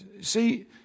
See